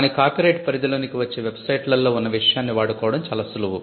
కాని కాపీరైట్ పరిధి లోనికి వచ్చే వెబ్ సైట్ లలో వున్న విషయాన్ని వాడుకోవడం చాలా సులువు